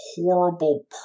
horrible